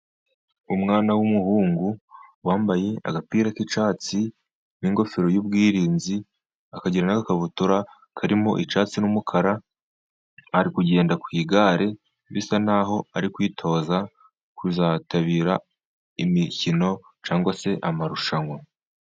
Umwana w'umuhungu wambaye agapira k'icyatsi n'ingofero y'ubwirinzi, akagira n'agakabutura karimo icyatsi n'umukara. Ari kugenda ku igare, bisa naho ari kwitoza kuzitabira imikino cyangwa se amarushanwa.